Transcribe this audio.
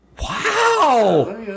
Wow